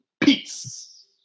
peace